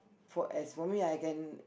for as for me I can